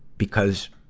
because,